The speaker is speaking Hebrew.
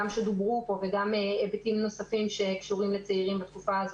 גם שדוברו פה וגם היבטים נוספים שקשורים לצעירים בתקופה הזאת,